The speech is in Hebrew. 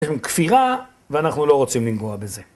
יש לכם כפירה ואנחנו לא רוצים לנגוע בזה.